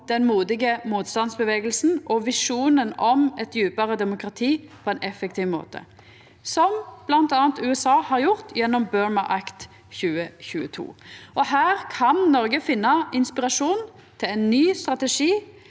den modige motstandsbevegelsen og visjonen om eit djupare demokrati på ein effektiv måte, som bl.a. USA har gjort gjennom Burma Act of 2022. Her kan Noreg finna inspirasjon til ein ny strategi,